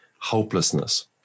hopelessness